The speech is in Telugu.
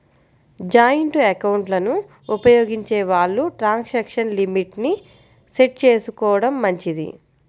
జాయింటు ఎకౌంట్లను ఉపయోగించే వాళ్ళు ట్రాన్సాక్షన్ లిమిట్ ని సెట్ చేసుకోడం మంచిది